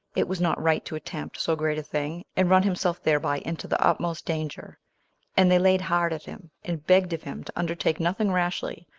it was not right to attempt so great a thing, and run himself thereby into the utmost danger and they laid hard at him, and begged of him to undertake nothing rashly,